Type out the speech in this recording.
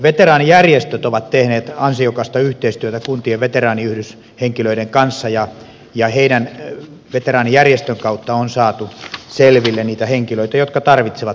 veteraanijärjestöt ovat tehneet ansiokasta yhteistyötä kuntien veteraaniyhdyshenkilöiden kanssa ja veteraanijärjestöjen kautta on saatu selville niitä henkilöitä jotka tarvitsevat palveluita